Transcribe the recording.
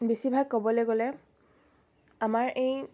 বেছিভাগ ক'বলৈ গ'লে আমাৰ এই